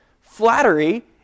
Flattery